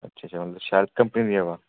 अच्छा अच्छा मतलब शैल कंपनी दी बा